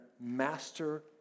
master